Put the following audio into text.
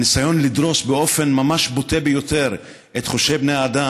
הניסיון לדרוס באופן ממש בוטה ביותר את חושי בני האדם,